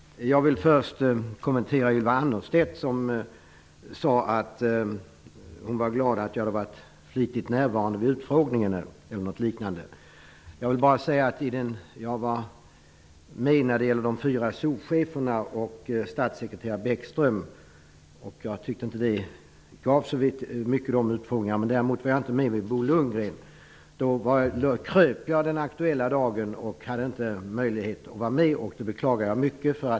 Herr talman! Jag vill först kommentera det som Ylva Annerstedt sade. Hon sade att hon var glad över att jag flitigt hade varit närvarande vid utfrågningarna -- eller något liknande. Jag var med när det gällde de fyra souscheferna och statssekreterare Urban Bäckström, men jag tyckte inte att de utfrågningarna gav så mycket. Jag var dock inte med när Bo Lundgren utfrågades. Den aktuella dagen kröp jag omkring med ryggskott och hade inte möjlighet att vara med. Det beklagar jag mycket.